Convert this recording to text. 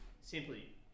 Simply